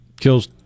Kills